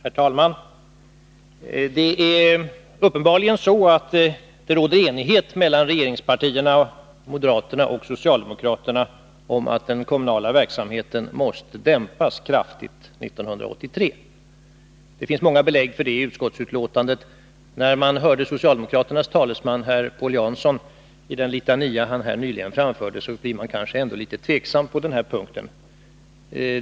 Herr talman! Det är uppenbarligen så att det råder enighet mellan regeringspartierna, moderaterna och socialdemokraterna om att den kommunala verksamheten måste dämpas kraftigt 1983. Det finns många belägg för det i utskottsbetänkandet. Men när man hörde socialdemokraternas talesman, Paul Jansson, i den litania han här framförde, blev man kanske litet tveksam på den här punkten.